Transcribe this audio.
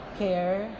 care